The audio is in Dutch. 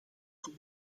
voor